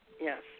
yes